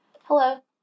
Hello